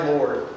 Lord